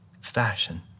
fashion